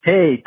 Hey